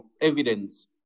evidence